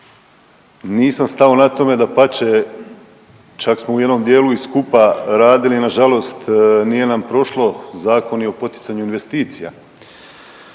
Nisam stao na tome, dapače čak smo u jednom dijelu i skupa radili, nažalost nije nam prošlo Zakon i o poticanju investicija,